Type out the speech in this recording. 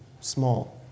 small